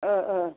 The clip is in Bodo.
औ औ